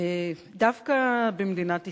דווקא במדינת ישראל,